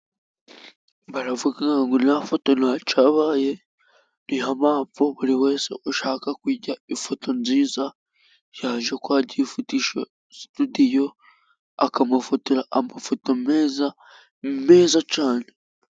Baravuga ngo nta foto ntacyabaye . Niyo mpamvu buri wese ushaka ifoto nziza yajya kwa gifuti sitidiyo akamufotora amafoto meza, meza cyane.